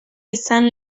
izan